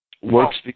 works